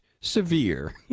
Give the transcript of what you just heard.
severe